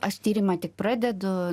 aš tyrimą tik pradedu